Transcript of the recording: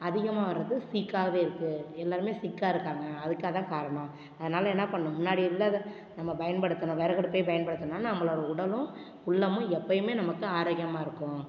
அதிகமாக வர்றது சீக்காவே இருக்குது எல்லோருமே சிக்கா இருக்காங்க அதுக்கு அதுதான் காரணம் அதனால் என்ன பண்ணும் முன்னாடி உள்ளதை நம்ம பயன்படுத்தணும் விறகடுப்பே பயன்படுத்துனா நம்மளோடய உடலும் உள்ளமும் எப்போயுமே நமக்கு ஆரோக்கியமாக இருக்கும்